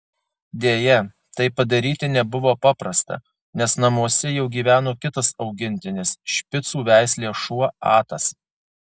deja tai padaryti nebuvo paprasta nes namuose jau gyveno kitas augintinis špicų veislės šuo atas